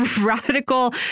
radical